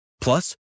Plus